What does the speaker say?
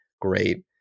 Great